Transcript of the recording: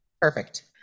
perfect